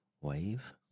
wave